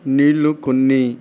నీళ్ళు కొన్ని